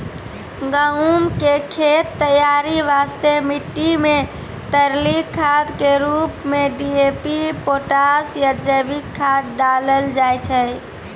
गहूम के खेत तैयारी वास्ते मिट्टी मे तरली खाद के रूप मे डी.ए.पी पोटास या जैविक खाद डालल जाय छै